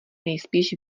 nejspíš